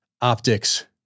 optics